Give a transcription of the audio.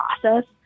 process